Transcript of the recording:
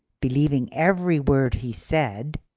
believing every word he said,